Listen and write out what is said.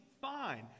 fine